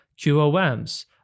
QOMs